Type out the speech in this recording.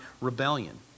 rebellion